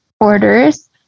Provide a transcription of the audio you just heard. orders